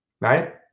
Right